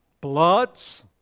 bloods